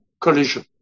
collision